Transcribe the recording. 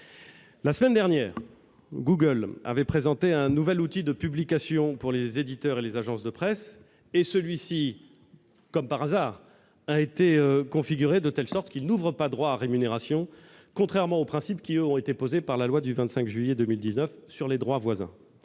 La semaine dernière, Google a présenté un nouvel outil de publication pour les éditeurs et les agences de presse. Celui-ci, comme par hasard, a été configuré de telle sorte qu'il n'ouvre pas droit à rémunération, contrairement aux principes posés par la loi du 25 juillet 2019 sur les droits voisins.